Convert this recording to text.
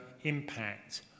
impact